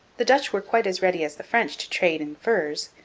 the dutch were quite as ready as the french to trade in furs,